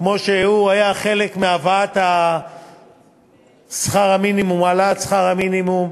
כמו שהוא היה חלק מהבאת העלאת שכר המינימום.